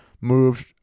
moved